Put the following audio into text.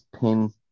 pin